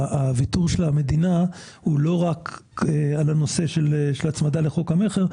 הוויתור של המדינה הוא לא רק על הנושא של הצמדה לחוק המכר,